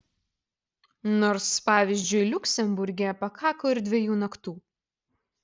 nors pavyzdžiui liuksemburge pakako ir dviejų naktų